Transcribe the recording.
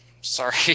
sorry